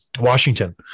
Washington